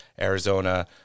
Arizona